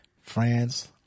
France